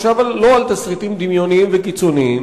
הוא חשב לא על תסריטים דמיוניים וקיצוניים.